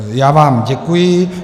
Já vám děkuji.